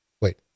wait